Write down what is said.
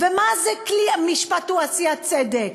ומה זה "המשפט הוא כלי לעשיית צדק"?